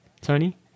Tony